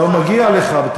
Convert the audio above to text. לא, מגיע לך.